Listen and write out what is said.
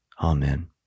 Amen